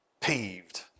peeved